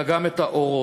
אלא גם את האורות,